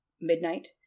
midnight